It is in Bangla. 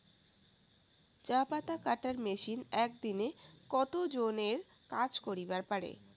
চা পাতা কাটার মেশিন এক দিনে কতজন এর কাজ করিবার পারে?